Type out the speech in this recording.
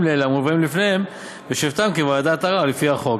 לאלה המובאים לפניהם בשבתם כוועדת ערר לפי החוק.